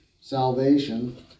salvation